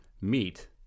meet